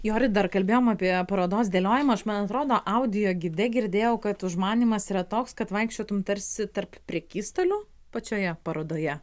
jori dar kalbėjom apie parodos dėliojimą aš man atrodo audio gide girdėjau kad užmanymas yra toks kad vaikščiotum tarsi tarp prekystalių pačioje parodoje